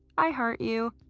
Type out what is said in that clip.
i heart you!